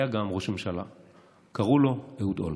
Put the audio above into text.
שהיה גם הוא ראש ממשלה, וקראו לו אהוד אולמרט.